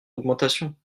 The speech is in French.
augmentation